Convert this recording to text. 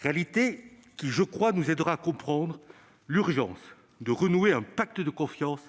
réalité, qui, je le crois, nous aidera à comprendre l'urgence de renouer un pacte de confiance